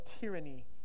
tyranny